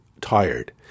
tired